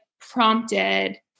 prompted